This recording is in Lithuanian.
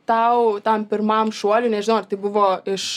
tau tam pirmam šuoliui nežinau ar tai buvo iš